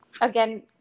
again